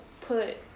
put